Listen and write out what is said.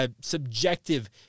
subjective